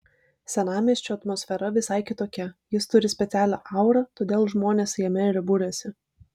senamiesčio atmosfera visai kitokia jis turi specialią aurą todėl žmonės jame ir buriasi